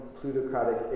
plutocratic